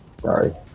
Sorry